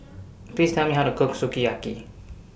Please Tell Me How to Cook Sukiyaki